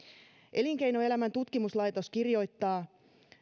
elinkeinoelämän tutkimuslaitos kirjoittaa